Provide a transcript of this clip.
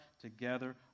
together